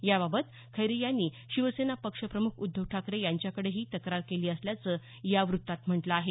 याबाबत खैरे यांनी शिवसेना पक्षप्रम्ख उद्धव ठाकरे यांच्याकडेही तक्रार केली असल्याचं या वृत्तात म्हटलं आहे